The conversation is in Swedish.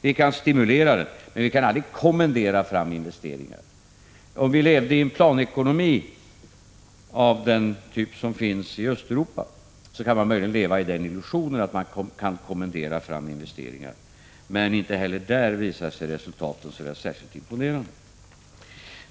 Vi kan stimulera den, men vi kan aldrig kommendera fram investeringar. Man kan möjligen ha illusionen att vi — om vi levde i en planekonomi av den typ som finns i Östeuropa — kunde kommendera fram investeringar. Men inte heller i de länderna visar sig resultaten särskilt imponerande.